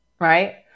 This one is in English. Right